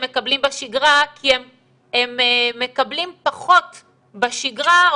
מקבלים בשגרה כי הם מקבלים פחות בשגרה,